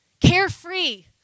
Carefree